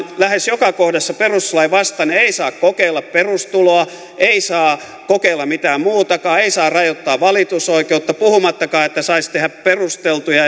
lähes joka kohdassa perustuslain vastainen ei saa kokeilla perustuloa ei saa kokeilla mitään muutakaan ei saa rajoittaa valitusoikeutta puhumattakaan että saisi tehdä perusteltuja